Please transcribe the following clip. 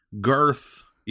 girth